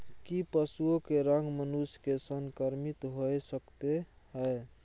की पशुओं के रोग मनुष्य के संक्रमित होय सकते है?